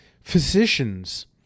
physicians